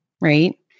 right